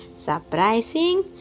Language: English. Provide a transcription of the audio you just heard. Surprising